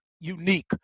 unique